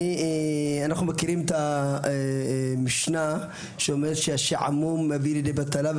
אנחנו מכירים את המשנה שאומרת שהשעמום מביא לידי בטלה,